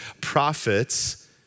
prophets